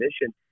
mission